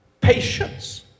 patience